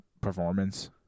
performance